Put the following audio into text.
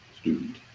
student